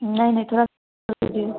नहीं नहीं थोड़ा करिए